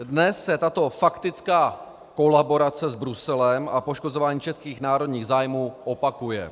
Dnes se tato faktická kolaborace s Bruselem a poškozování českých národních zájmů opakuje.